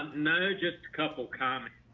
no, just a couple comments.